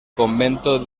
convento